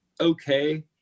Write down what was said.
okay